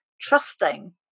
trusting